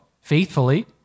faithfully